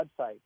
website